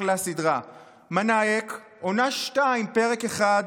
אחלה סדרה, "מנאייכ", עונה 2, פרק 1,